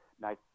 nice